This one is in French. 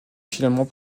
finalement